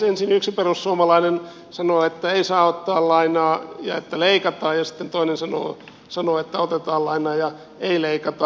ensin yksi perussuomalainen sanoo että ei saa ottaa lainaa ja leikataan ja sitten toinen sanoo että otetaan lainaa ja ei leikata